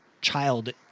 child